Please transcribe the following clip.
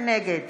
נגד